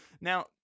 Now